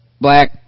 black